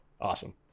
awesome